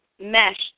mesh